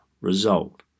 result